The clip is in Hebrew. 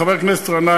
חבר הכנסת גנאים,